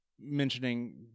mentioning